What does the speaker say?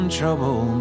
trouble